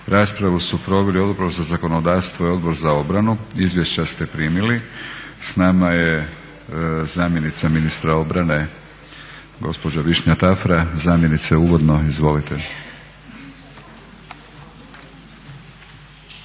Raspravu su proveli Odbor za zakonodavstvo i Odbor za obranu. Izvješća ste primili. S nama je zamjenica ministra obrane gospođa Višnja Tafra. Zamjenice uvodno izvolite.